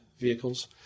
vehicles